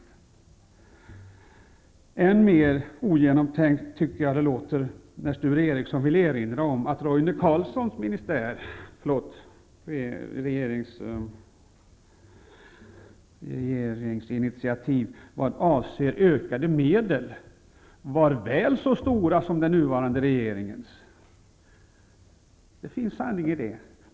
Jag tycker att det låter än mer ogenomtänkt när Sture Ericson vill erinra om att Roine Carlssons initiativ vad avser ökade medel var väl så stora som den nuvarande regeringens. Det finns sanning i det.